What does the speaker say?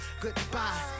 Goodbye